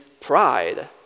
pride